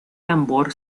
tambor